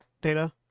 data